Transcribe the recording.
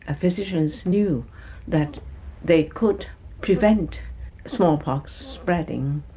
ah physicians knew that they could prevent smallpox spreading,